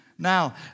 Now